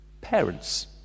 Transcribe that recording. Parents